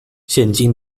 现今